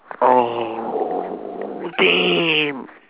oh damn